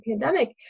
pandemic